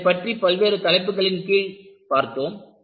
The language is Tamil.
அதைப் பற்றி பல்வேறு தலைப்புகளின் கீழ் பார்த்தோம்